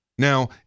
Now